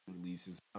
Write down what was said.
releases